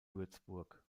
würzburg